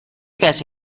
کسی